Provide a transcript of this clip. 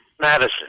Madison